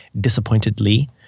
disappointedly